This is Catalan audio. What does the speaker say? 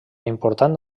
important